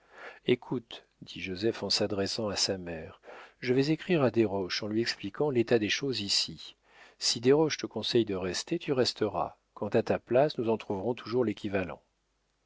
écoute dit joseph en s'adressant à sa mère je vais écrire à desroches en lui expliquant l'état des choses ici si desroches te conseille de rester tu resteras quant à ta place nous en trouverons toujours l'équivalent